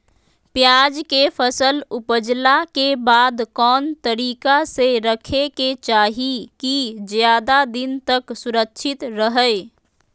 प्याज के फसल ऊपजला के बाद कौन तरीका से रखे के चाही की ज्यादा दिन तक सुरक्षित रहय?